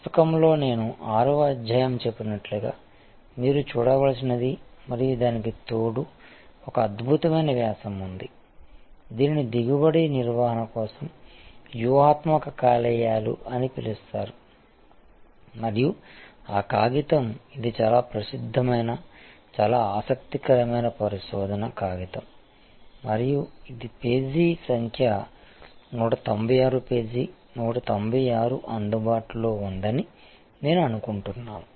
పుస్తకంలో నేను 6 వ అధ్యాయం చెప్పినట్లుగా మీరు చూడవలసినది మరియు దానికి తోడు ఒక అద్భుతమైన వ్యాసం ఉంది దీనిని దిగుబడి నిర్వహణ కోసం వ్యూహాత్మక లివర్ లు అని పిలుస్తారు మరియు ఆ కాగితం ఇది చాలా ప్రసిద్ధమైన చాలా ఆసక్తికరమైన పరిశోధన కాగితం మరియు ఇది పేజీ సంఖ్య 196 పేజీ 196 అందుబాటులో ఉందని నేను అనుకుంటున్నాను